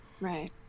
Right